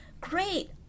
great